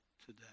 today